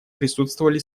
присутствовали